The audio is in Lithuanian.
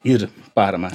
ir paramą